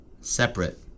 Separate